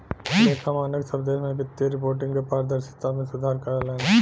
लेखा मानक सब देश में वित्तीय रिपोर्टिंग क पारदर्शिता में सुधार करलन